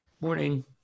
Morning